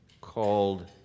called